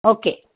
okay